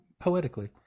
poetically